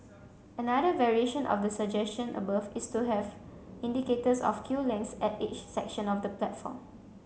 another variation of the suggestion above is to have indicators of queue lengths at each section of the platform